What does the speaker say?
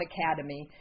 Academy